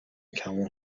کمون